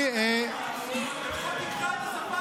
לפחות תקרא את השפה נכון.